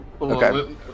Okay